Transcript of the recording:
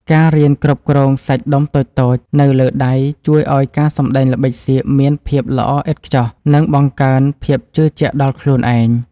ការរៀនគ្រប់គ្រងសាច់ដុំតូចៗនៅលើដៃជួយឱ្យការសម្តែងល្បិចសៀកមានភាពល្អឥតខ្ចោះ និង បង្កើនភាពជឿជាក់ដល់ខ្លួនឯង។